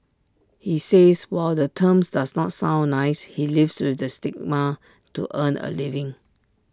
he says while the terms does not sound nice he lives with the stigma to earn A living